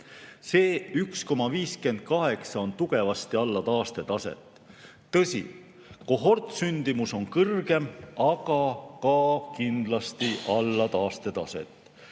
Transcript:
See 1,58 on tugevasti alla taastetaset. Tõsi, kohortsündimus on kõrgem, aga ka kindlasti alla taastetaset.